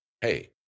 Hey